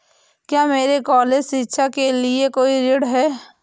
क्या मेरे कॉलेज शिक्षा के लिए कोई ऋण है?